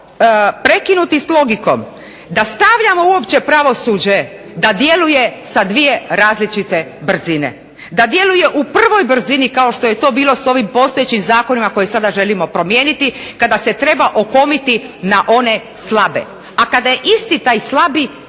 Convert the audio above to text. da stavljamo uopće pravosuđe da djeluje sa dvije različite brzine. Da djeluje u prvoj brzini kao što je to bilo s ovim postojećim zakonima koje sada želimo promijeniti kada se treba okomiti na one slabe, a kada je isti taj slabi